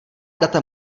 data